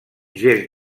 gest